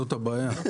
זאת הבעיה.